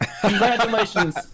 Congratulations